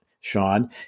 Sean